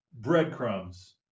breadcrumbs